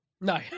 No